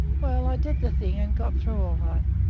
well, i did the thing, and got through all right.